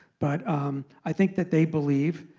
but um i think that they believe.